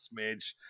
smidge